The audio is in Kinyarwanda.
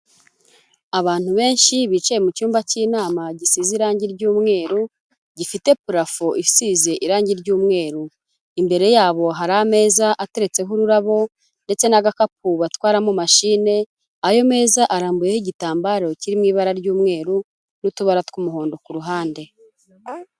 Abantu benshi bicaye mu cyumba cy'inama gisize irangi ry'umweru gifite parafu isize irangi ry'umweru imbere yabo hari ameza ateretseho ururabo ndetse n'agakapu batwaramo mashine ayo meza arambuyeho igitambaro kirimo ibara ry'umweru n'utubara tw'umuhondo ku ruhande.